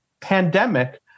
pandemic